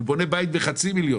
הוא בונה בית בחצי מיליון